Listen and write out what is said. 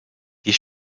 die